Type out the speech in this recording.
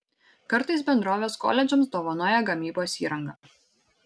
kartais bendrovės koledžams dovanoja gamybos įrangą